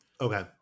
Okay